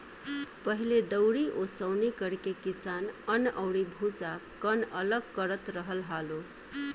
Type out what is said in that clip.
पहिले दउरी ओसौनि करके किसान अन्न अउरी भूसा, कन्न अलग करत रहल हालो